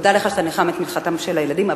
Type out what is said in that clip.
תודה לך שאתה נלחם את מלחמתם של הילדים.